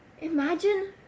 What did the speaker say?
imagine